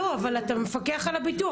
לא, אבל אתה מפקח על הביטוח.